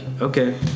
okay